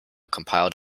compiled